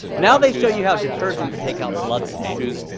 now they show you how detergents take out bloodstains,